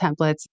templates